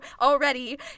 already